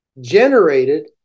generated